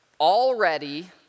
Already